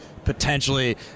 Potentially